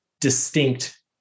distinct